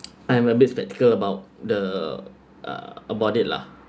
I'm a bit skeptical about the uh about it lah